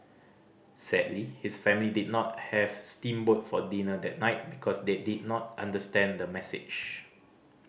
sadly his family did not have steam boat for dinner that night because they did not understand the message